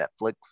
Netflix